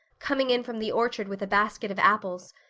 coming in from the orchard with a basket of apples,